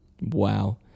Wow